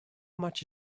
much